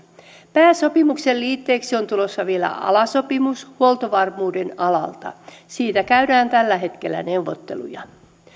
pääsopimuksen liitteeksi on tulossa vielä alasopimus huoltovarmuuden alalta siitä käydään tällä hetkellä neuvotteluja